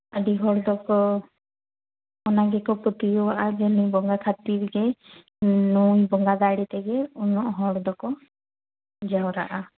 ᱟᱹᱰᱤ ᱦᱚᱲ ᱫᱚᱠᱚ ᱚᱱᱟ ᱜᱮᱠᱚ ᱯᱟᱹᱛᱭᱟᱹᱣᱟᱜᱼᱟ ᱡᱮ ᱱᱩᱭ ᱵᱚᱸᱜᱟ ᱠᱷᱟᱹᱛᱤᱨ ᱜᱮ ᱱᱩᱭ ᱵᱚᱸᱜᱟ ᱫᱟᱲ ᱛᱮᱜᱮ ᱩᱱᱟᱹᱜ ᱦᱚᱲ ᱫᱚᱠᱚ ᱡᱟᱣᱨᱟᱜᱼᱟ